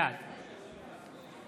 בעד